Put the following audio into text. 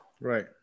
Right